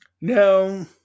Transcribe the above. No